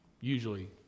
usually